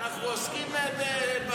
אנחנו עוסקים בנושא.